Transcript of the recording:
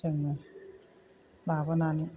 जोङो लाबोनानै